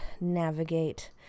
navigate